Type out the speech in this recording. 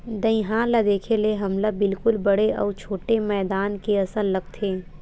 दईहान ल देखे ले हमला बिल्कुल बड़े अउ छोटे मैदान के असन लगथे